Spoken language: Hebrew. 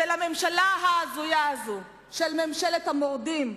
של הממשלה ההזויה הזאת, של ממשלת המורדים,